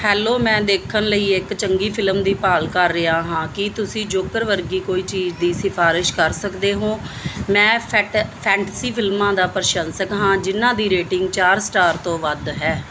hello ਮੈਂ ਦੇਖਣ ਲਈ ਇੱਕ ਚੰਗੀ ਫਿਲਮ ਦੀ ਭਾਲ ਕਰ ਰਿਹਾ ਹਾਂ ਕੀ ਤੁਸੀਂ ਜੋਕਰ ਵਰਗੀ ਕੋਈ ਚੀਜ਼ ਦੀ ਸਿਫਾਰਸ਼ ਕਰ ਸਕਦੇ ਹੋ ਮੈਂ ਫੈਂ ਫੈਂਟਸੀ ਫਿਲਮਾਂ ਦਾ ਪ੍ਰਸ਼ੰਸਕ ਹਾਂ ਜਿਨ੍ਹਾਂ ਦੀ ਰੇਟਿੰਗ ਚਾਰ ਸਟਾਰ ਤੋਂ ਵੱਧ ਹੈ